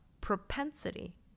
propensity